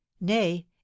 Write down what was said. nay